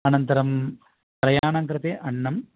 अनन्तरं त्रयाणां कृते अन्नम्